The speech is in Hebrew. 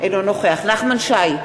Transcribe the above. אינו נוכח נחמן שי,